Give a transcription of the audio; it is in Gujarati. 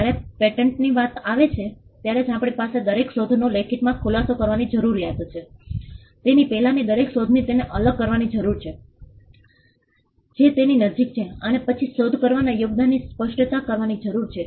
જ્યારે પેટન્ટની વાત આવે છે ત્યારે જ આપણી પાસે દરેક શોધનો લેખિતમાં ખુલાસો કરવાની જરૂરિયાત છે તેની પહેલાંની દરેક શોધથી તેને અલગ કરવાની જરૂર છે જે તેની નજીક છે અને પછી શોધ કરનારના યોગદાનની સ્પષ્ટતા કરવાની જરૂર છે